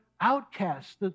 outcasts